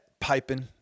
piping